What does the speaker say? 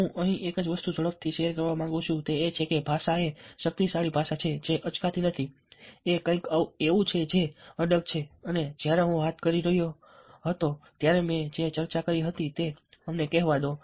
હું અહીં એક જ વસ્તુ ઝડપથી શેર કરવા માંગુ છું તે એ છે કે ભાષા એ શક્તિશાળી ભાષા છે જે અચકાતી નથી એ કંઈક એવું છે જે અડગ છે અને જ્યારે હું વાત કરી રહ્યો હતો ત્યારે મેં જે પણ ચર્ચા કરી હતી તે અમને કહેવા દો